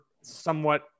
somewhat